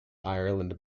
ireland